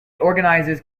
organizes